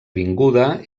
avinguda